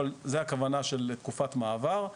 אבל זו הכוונה של תקופת מעבר.